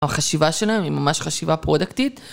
החשיבה שלהם היא ממש חשיבה פרודקטית.